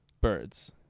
birds